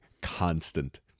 constant